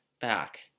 back